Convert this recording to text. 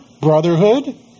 brotherhood